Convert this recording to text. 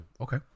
okay